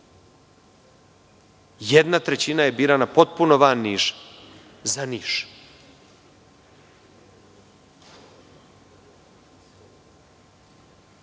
Jedna trećina je birana potpuno van Niša,